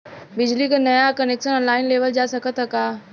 बिजली क नया कनेक्शन ऑनलाइन लेवल जा सकत ह का?